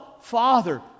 Father